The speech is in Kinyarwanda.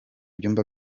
ibyumba